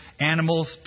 animals